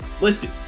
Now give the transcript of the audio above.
Listen